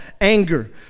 anger